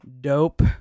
dope